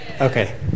Okay